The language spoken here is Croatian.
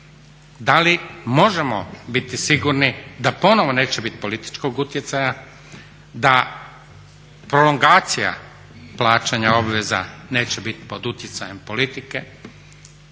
Da li možemo biti sigurni da ponovo neće biti političkog utjecaja, da prolongacija plaćanja obveza neće bit pod utjecajem politike,